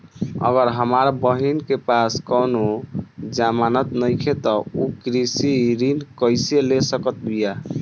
अगर हमार बहिन के पास कउनों जमानत नइखें त उ कृषि ऋण कइसे ले सकत बिया?